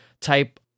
Type